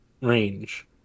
range